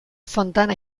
fontana